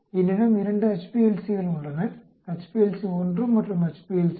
என்னிடம் 2 HPLC உள்ளன HPLC 1 மற்றும் HPLC 2